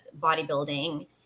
bodybuilding